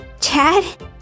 Chad